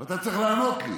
אתה צריך לענות לי,